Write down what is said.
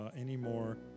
anymore